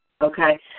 okay